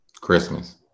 Christmas